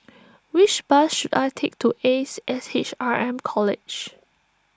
which bus should I take to Ace S H R M College